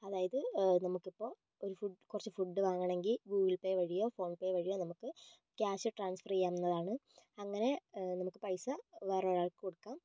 അതായത് നമുക്കിപ്പോൾ ഒരു ഫുഡ് കുറച്ച് ഫുഡ് വാങ്ങണമെങ്കിൽ ഗൂഗിൾ പേ വഴിയോ ഫോൺ പേ വഴിയോ നമുക്ക് ക്യാഷ് ട്രാൻസ്ഫർ ചെയ്യാവുന്നതാണ് അങ്ങനെ നമുക്ക് പൈസ വേറൊരാൾക്ക് കൊടുക്കാം